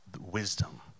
wisdom